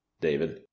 David